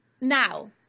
Now